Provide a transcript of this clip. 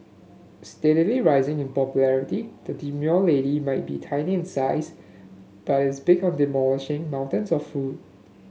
steadily rising in popularity the demure lady might be tiny in size but is big on demolishing mountains of food